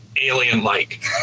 alien-like